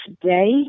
today